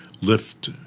lift